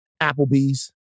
Applebee's